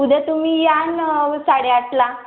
उद्या तुम्ही या नऊ साडे आठला